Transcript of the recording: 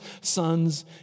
sons